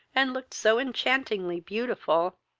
and looked so enchantingly beautiful,